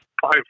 five